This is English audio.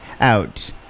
out